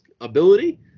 ability